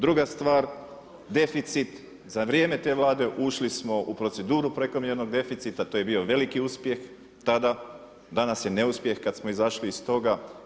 Druga stvar, deficit za vrijeme te Vlade, ušli smo u proceduru prekomjernog deficita, to je bio veliki uspjeh tada, danas je neuspjeh kada smo izašli iz toga.